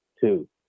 two